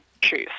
choose